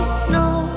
snow